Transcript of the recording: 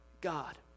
God